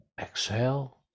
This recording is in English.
Exhale